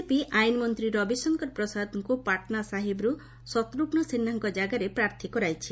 BJP ଆଇନମନ୍ତ୍ରୀ ରବିଶଙ୍କର ପ୍ରସାଦଙ୍କୁ ପାଟନାସାହିବ୍ରୁ ଶତ୍ରଘନ ସିହ୍ବାଙ୍କ ଜାଗାରେ ପ୍ରାର୍ଥୀ କରାଯାଇଛି